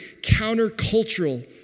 countercultural